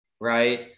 right